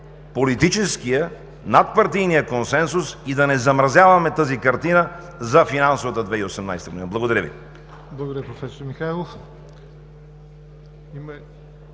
политическия, надпартийния консенсус и да не замразяваме тази картина за финансовата 2018 г. Благодаря Ви.